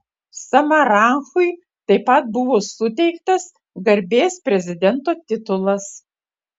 samaranchui taip pat buvo suteiktas garbės prezidento titulas